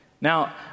Now